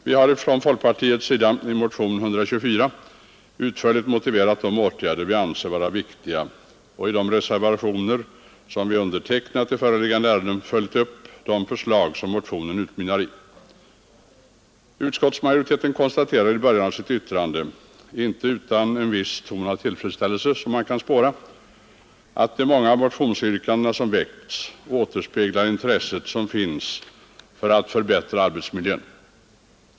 Vi i folkpartiet har i motionen 124 utförligt motiverat de åtgärder vi anser vara viktiga och i reservationer som vi undertecknat i föreliggande ärende följt upp de förslag som motionen utmynnar i. Utskottsmajoriteten konstaterar i början av sitt yttrande — inte utan en viss ton av tillfredsställelse — att de många motionsyrkandena återspeglar intresset som finns för att förbättra arbetsmiljön.